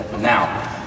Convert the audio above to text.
now